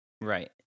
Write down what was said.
Right